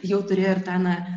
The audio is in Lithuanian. jau turėjo ir tą na